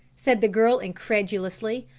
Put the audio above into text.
said the girl incredulously.